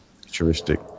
futuristic